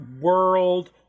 world